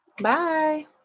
Bye